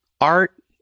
art